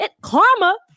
karma